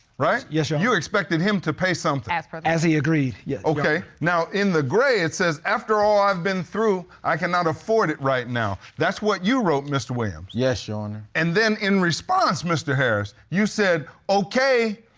right? yes, your honor. you expected him to pay something? as per. as he agreed. yeah okay. now, in the gray it says, after all i've been through, i cannot afford it right now. that's what you wrote, mr. williams. yes, your honor. and then in response, mr. harris, you said, okay,